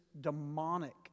demonic